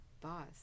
boss